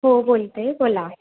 हो बोलते बोला